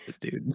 dude